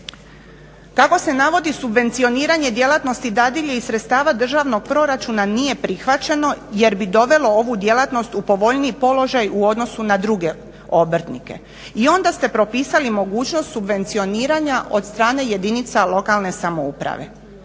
Kako se navodi subvencioniranje djelatnosti dadilje iz sredstava državnog proračuna nije prihvaćeno jer bi dovelo ovu djelatnost u povoljniji položaj u odnosu na druge obrtnike. I onda ste propisali mogućnost subvencioniranja od strane jedinica lokalne samouprave.